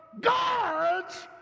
God's